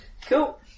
Cool